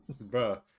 bro